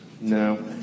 No